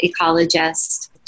ecologist